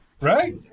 Right